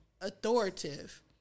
authoritative